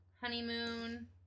Honeymoon